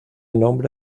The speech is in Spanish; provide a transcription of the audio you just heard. nombre